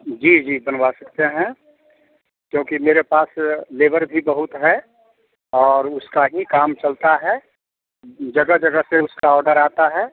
जी जी बनवा सकते हैं क्योंकि मेरे पास लेबर भी बहुत है और उसका ही काम चलता है जगह जगह से उसका ऑडर आता है